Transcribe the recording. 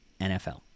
NFL